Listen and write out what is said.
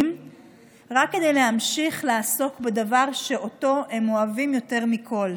רק כדי להמשיך לעסוק בדבר שאותו הם אוהבים יותר מכול,